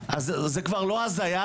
אז זה כבר לא הזיה,